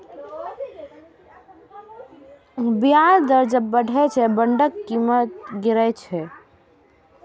ब्याज दर जब बढ़ै छै, बांडक कीमत गिरै छै